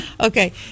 okay